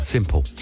Simple